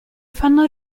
fanno